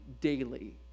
daily